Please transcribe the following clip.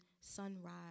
sunrise